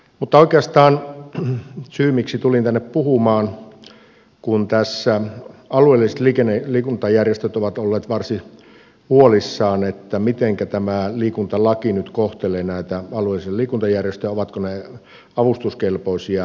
mutta oikeastaan syy miksi tulin tänne puhumaan on se että alueelliset liikuntajärjestöt ovat olleet varsin huolissaan että mitenkä tämä liikuntalaki nyt kohtelee näitä alueellisia liikuntajärjestöjä ovatko ne avustuskelpoisia jatkossakin